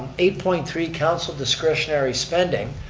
eight point three, council discretionary spending.